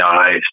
eyes